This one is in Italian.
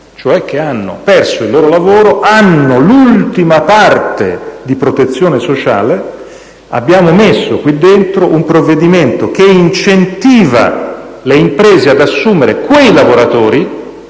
cioè che hanno perso il lavoro e hanno l'ultima parte di protezione sociale. Abbiamo inserito un provvedimento che incentiva le imprese ad assumere quei lavoratori,